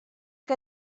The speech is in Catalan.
que